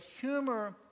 humor